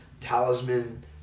talisman